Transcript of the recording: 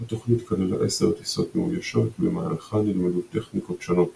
התוכנית כללה עשר טיסות מאוישות במהלכן נלמדו טכניקות שונות